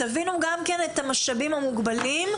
תבינו את המשאבים המוגבלים.